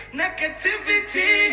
negativity